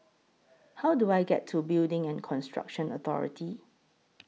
How Do I get to Building and Construction Authority